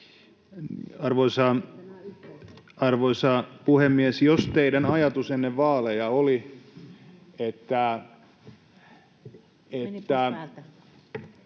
Arvoisa puhemies! Jos teidän ajatuksenne ennen vaaleja oli, että